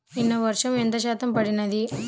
నిన్న వర్షము ఎంత శాతము పడినది?